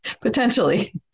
Potentially